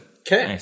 okay